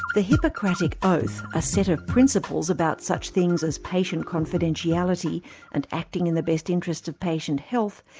the hippocratic oath, a set of principles about such things as patient confidentiality and acting in the best interests of patient health,